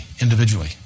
individually